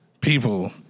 People